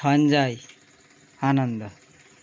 Sanjay Ananda